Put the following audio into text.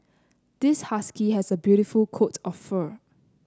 this husky has a beautiful coat of fur